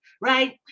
right